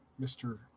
Mr